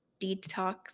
detox